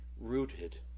rooted